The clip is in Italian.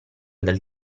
del